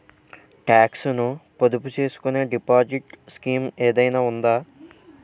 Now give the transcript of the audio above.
Talks ను పొదుపు చేసుకునే డిపాజిట్ స్కీం ఏదైనా ఉందా?